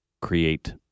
create